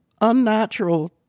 unnatural